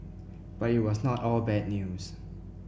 but it was not all bad news